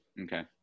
Okay